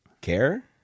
care